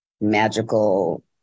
magical